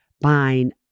buying